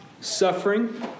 suffering